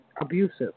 abusive